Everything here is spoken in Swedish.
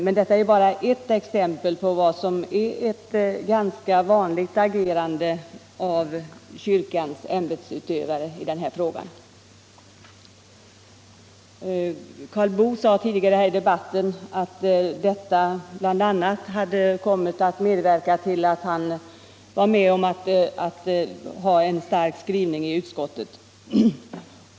Men denna händelse är bara ert exempel på vad som är ett ganska vanligt agerande av kyrkans ämbetsutövare i den här frågan. Herr Boo sade tidigare i debatten att det som nu skett hade kommit att medverka till att han var med om en stark skrivning i utskottet.